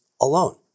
alone